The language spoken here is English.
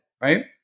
right